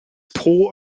pro